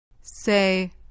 Say